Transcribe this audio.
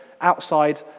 outside